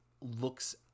looks